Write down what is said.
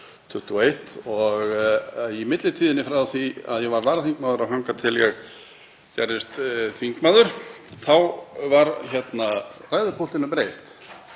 og í millitíðinni, frá því að ég var varaþingmaður og þangað tel ég gerðist þingmaður, var ræðupúltinu breytt.